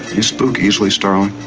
you spook easily starling?